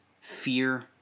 fear